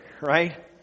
right